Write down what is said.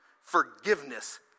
Forgiveness